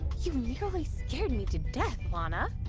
you nearly scared me to death, lana!